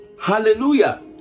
Hallelujah